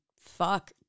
Fuck